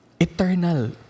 Eternal